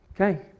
Okay